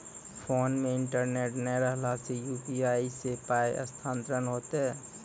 Phone मे internet नै रहला सॅ, यु.पी.आई सॅ पाय स्थानांतरण हेतै?